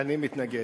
אני מתנגד.